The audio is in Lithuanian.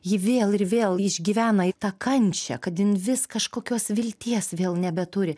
ji vėl ir vėl išgyvena į tą kančią kad jin vis kažkokios vilties vėl nebeturi